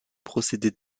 procédés